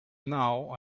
now